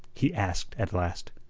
he asked at last.